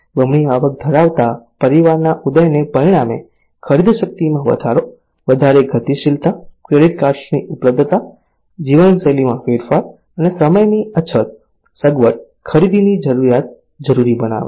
બમણી આવક ધરાવતા પરિવારના ઉદયને પરિણામે ખરીદશક્તિમાં વધારો વધારે ગતિશીલતા ક્રેડિટ કાર્ડ્સની ઉપલબ્ધતા જીવનશૈલીમાં ફેરફાર અને સમયની અછત સગવડ ખરીદીની જરૂરિયાત જરૂરી બનાવે છે